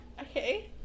Okay